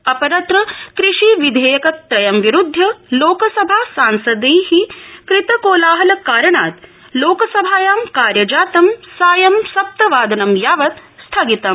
अपरत्र कृषि विधेयकत्रयं विरूदधय लोकसभा सांसप्रैः कृत कोलाहल कारणात् लोकसभायां कार्यजातं सायं सप्तवा नं यावत् स्थगितम